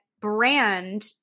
brand